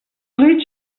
fruits